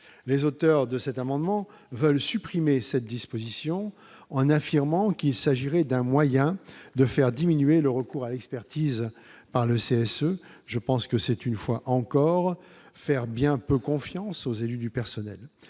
les auteurs de cet amendement veulent supprimer cette disposition en affirmant qu'il s'agirait d'un moyen de faire diminuer le recours à l'expertise par le CSE, je pense que c'est une fois encore faire bien peu confiance aux élus du personnel,